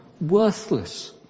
worthless